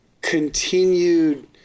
continued